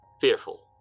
fearful